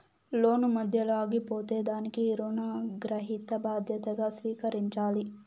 లోను మధ్యలో ఆగిపోతే దానికి రుణగ్రహీత బాధ్యతగా స్వీకరించాలి